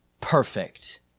perfect